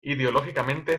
ideológicamente